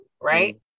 right